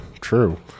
true